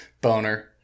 Boner